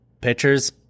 pitchers